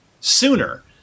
sooner